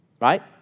right